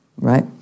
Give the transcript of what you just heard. right